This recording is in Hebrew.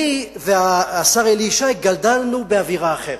אני והשר אלי ישי גדלנו באווירה אחרת,